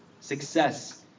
success